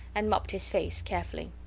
and mopped his face carefully.